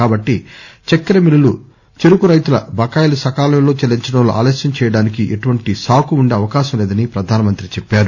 కాబట్టి చక్కెర మిల్లులు చెరకు రైతుల బకాయిలు సకాలంలో చెల్లించడంలో ఆలస్యం చేయడానికి ఎటువంటి సాకు ఉండే అవకాశం లేదని ప్రధానమంత్రి చెప్పారు